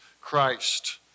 Christ